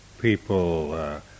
people